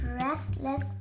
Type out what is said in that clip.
restless